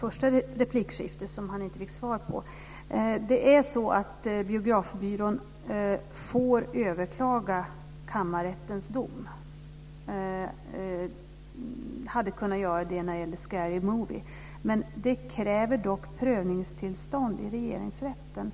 första inlägget och som han inte fick svar på. Biografbyrån får överklaga kammarrättens dom och hade kunnat göra det i fråga om Scary Movie, men det kräver tillstånd från Regeringsrätten.